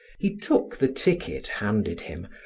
he took the ticket handed him,